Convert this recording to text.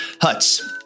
huts